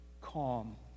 calm